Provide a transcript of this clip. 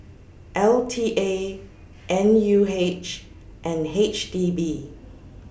L T A N U H and H D B